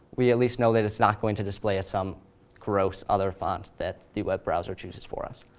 we at least know that it is not going to display as some gross, other font that the web browser chooses for us.